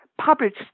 published